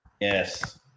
Yes